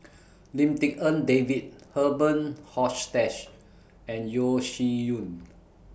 Lim Tik En David Herman Hochstadt and Yeo Shih Yun